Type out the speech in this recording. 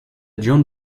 john